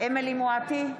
אמילי חיה מואטי,